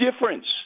difference